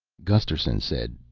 gusterson said,